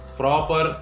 proper